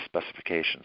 specifications